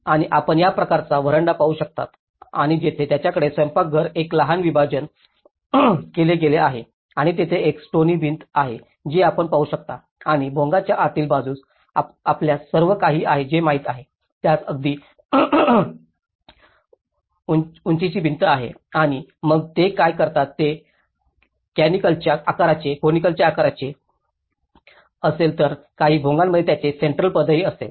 आणि आपण या प्रकारचा व्हरांडा पाहू शकता आणि तेथे त्यांच्याकडे स्वयंपाकघर एक लहान विभाजन केले गेले आहे आणि तेथे एक स्टोनी भिंत आहे जी आपण पाहू शकता आणि भोंगाच्या आतील बाजूस आपल्यास सर्व काही आहे हे माहित आहे त्यास अगदी उंचीची भिंत आहे आणि मग ते काय करतात ते कॉनिकलच्या आकाराचे असेल तर काही भोंगामध्ये त्याचे सेंट्रल पदही असेल